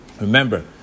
Remember